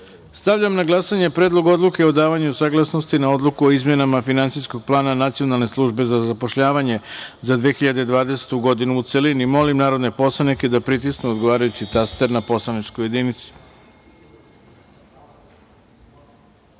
odluke. Stavljam na glasanje Predlog Odluke o davanju saglasnosti na Odluku o izmenama Finansijskog plana Nacionalne službe za zapošljavanje za 2020. godinu, u celini. Molim narodne poslanike da pritisnu odgovarajući taster na poslaničkoj